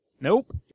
Nope